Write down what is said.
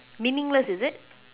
meaningless is it